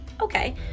Okay